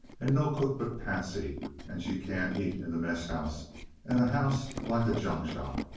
and no cook but patsy and she can't eat in the mess house and the house like a junk shop!